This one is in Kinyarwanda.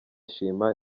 shima